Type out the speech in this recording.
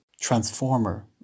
Transformer